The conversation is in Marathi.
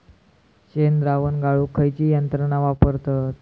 शेणद्रावण गाळूक खयची यंत्रणा वापरतत?